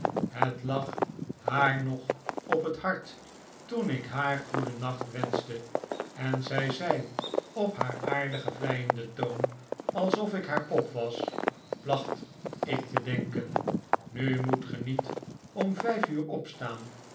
het lag haar nog op het hart toen ik haar goedennacht wenschte en zij zei op haar aardigen vleienden toon alsof ik haar pop was placht ik te denken nu moet ge niet om vijf uur opstaan